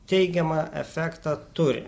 teigiamą efektą turi